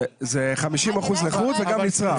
זה 50% נכות, וגם נצרך.